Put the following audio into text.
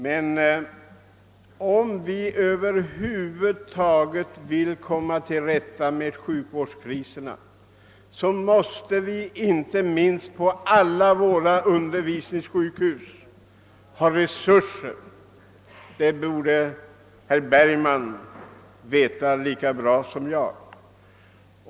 Men om vi över huvud taget vill komma till rätta med våra sjukvårdskriser, måste vi — inte minst på alla undervisningssjukhus — ha tillräckliga resurser. Det borde herr Bergman veta lika bra som jag.